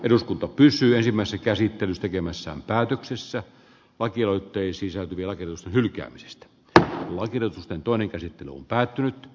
eduskunta pysyy ensimmäisen käsittelyn tekemässä päätöksessä vartioitteisissä ja hylkäämisestä tänään laitinen toinen käsittely on päättynyt